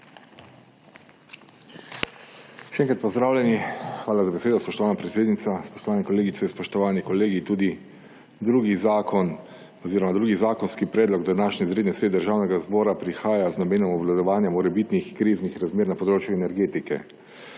Še enkrat pozdravljeni, hvala za besedo spoštovana predsednica. Spoštovane kolegice, spoštovani kolegi! Tudi drugi zakonski predlog današnje izredne seje Državnega zbora prihaja z namenom obvladovanja morebitnih kriznih razmer na področju energetike.